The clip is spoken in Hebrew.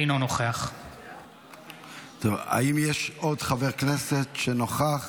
אינו נוכח האם יש עוד חבר כנסת שנוכח